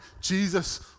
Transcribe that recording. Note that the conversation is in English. Jesus